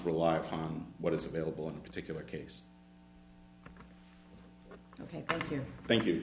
rely upon what is available in a particular case ok thank you